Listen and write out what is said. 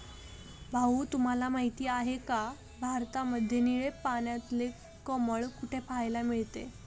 भाऊ तुम्हाला माहिती आहे का, भारतामध्ये निळे पाण्यातले कमळ कुठे पाहायला मिळते?